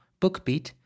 BookBeat